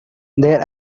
their